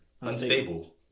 Unstable